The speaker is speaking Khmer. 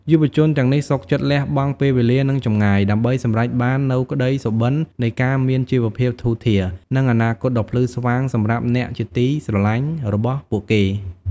យុវជនទាំងនេះសុខចិត្តលះបង់ពេលវេលា និងចម្ងាយ ដើម្បីសម្រេចបាននូវក្តីសុបិននៃការមានជីវភាពធូរធារ និងអនាគតដ៏ភ្លឺស្វាងសម្រាប់អ្នកជាទីស្រលាញ់របស់ពួកគេ។